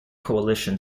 coalition